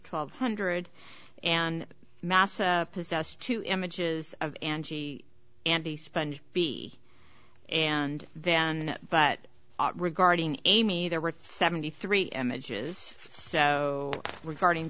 twelve hundred and massa possessed two images of andy andy sponged b and then but regarding amy there were seventy three images so regarding